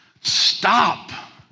Stop